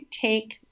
take